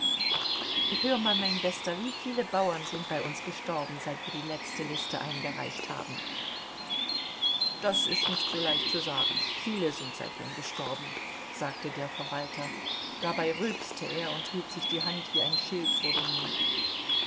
hör mal mein bester wie viele bauern sind bei uns gestorben seit wir die letzte liste eingereicht haben das ist nicht so leicht zu sagen viele sind seitdem gestorben sagte der verwalter dabei rülpste er und hielt sich die hand wie ein schild vor den mund